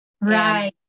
Right